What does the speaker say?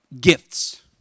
gifts